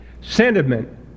Sentiment